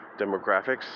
demographics